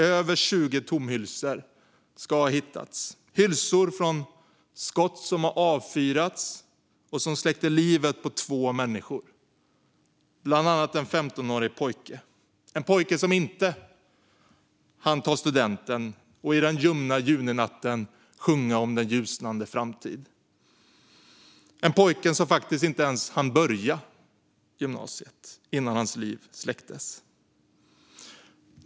Över 20 tomhylsor ska ha hittats - hylsor från skott som avfyrats och som släckte livet på två människor, bland annat en 15-årig pojke. Det var en pojke som inte hann ta studenten och i den ljumma juninatten sjunga om den ljusnande framtid - en pojke som faktiskt inte ens hann börja gymnasiet innan hans liv släcktes.